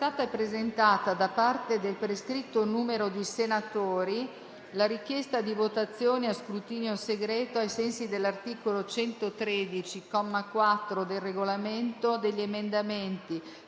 è stata presentata, da parte del prescritto numero di senatori, la richiesta di votazione a scrutinio segreto, ai sensi dell'articolo 113, comma 4, del Regolamento, degli emendamenti